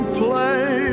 play